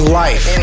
life